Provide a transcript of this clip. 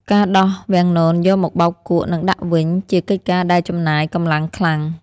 ការដោះវាំងននយកមកបោកគក់ និងដាក់វិញ ជាកិច្ចការដែលចំណាយកម្លាំងខ្លាំង។